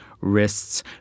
wrists